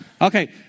Okay